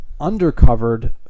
undercovered